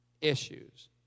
issues